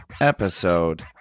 episode